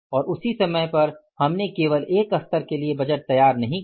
और उसी समय पर हमने केवल एक स्तर के लिए बजट तैयार नहीं किया